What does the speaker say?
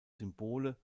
symbole